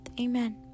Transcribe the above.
Amen